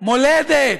מולדת,